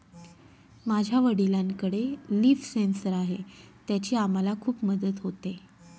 माझ्या वडिलांकडे leaf sensor आहे त्याची आम्हाला खूप मदत होते